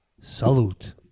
Salute